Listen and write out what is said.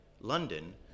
London